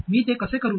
मी ते कसे करू